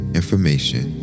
information